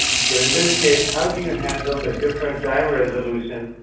so in this case, how do you handle the different time resolution,